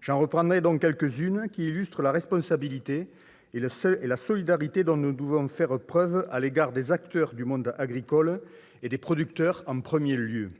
J'en reprendrai quelques-unes qui illustrent la responsabilité et la solidarité dont nous devons faire preuve à l'égard des acteurs du monde agricole, en premier lieu